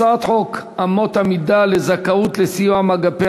הצעת חוק אמות המידה לזכאות לסיוע מאגפי